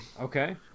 Okay